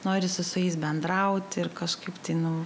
norisi su jais bendrauti ir kažkaip tai nu